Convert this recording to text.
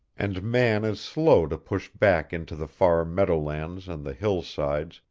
and man is slow to push back into the far meadowlands and the hillsides,